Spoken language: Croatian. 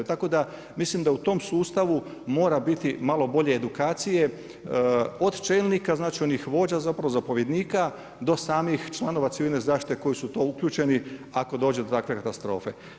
Tako da mislim da u tom sustavu mora biti malo bolje edukacije, od čelnika, znači onih vođa zapravo, zapovjednika, do samih članova civilne zaštite koji su u to uključeni ako dođe do takve katastrofe.